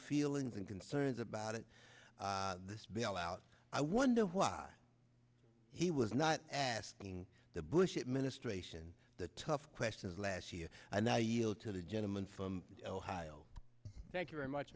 feelings and concerns about it this bailout i wonder why he was not asking the bush administration the tough questions last year and i yield to the gentleman from ohio thank you very much